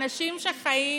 אנשים שחיים